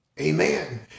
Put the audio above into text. Amen